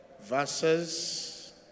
verses